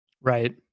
right